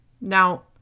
Now